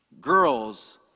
Girls